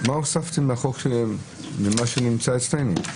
מה הוספתם לחוק ממה שנמצא אצלנו,